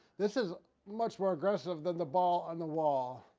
this is much more aggressive than the ball on the wall,